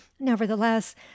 nevertheless